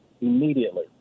immediately